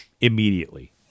immediately